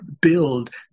build